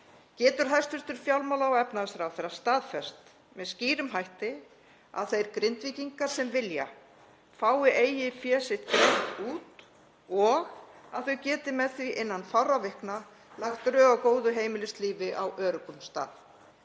Getur hæstv. fjármála- og efnahagsráðherra staðfest með skýrum hætti að þeir Grindvíkingar sem vilja fái eigið fé sitt greitt út og að þau geti með því innan fárra vikna lagt drög að góðu heimilislífi á öruggum stað?